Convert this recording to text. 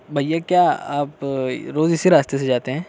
بھیا کیا آپ روز اسی راستہ سے جاتے ہیں